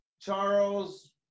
charles